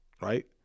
right